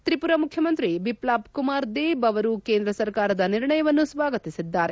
ತ್ರಿಪುರಾ ಮುಖ್ಯಮಂತ್ರಿ ಬಿಪ್ಲಾಬ್ ಕುಮಾರ್ ದೇಬ್ ಅವರು ಕೇಂದ್ರ ಸರಕಾರದ ನಿರ್ಣಯವನ್ನು ಸ್ವಾಗತಿಸಿದ್ದಾರೆ